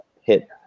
hit –